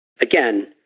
Again